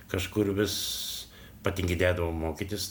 kažkur vis patinginėdavau mokytis